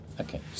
Okay